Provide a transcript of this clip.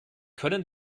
können